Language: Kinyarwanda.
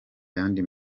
yandi